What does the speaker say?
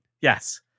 Yes